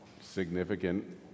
significant